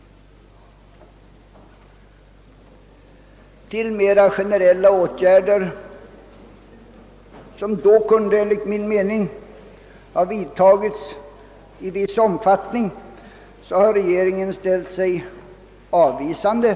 Till de mera generella åtgärder som enligt min mening då kunde ha vidtagits i viss omfattning har regeringen ställt sig avvisande.